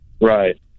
Right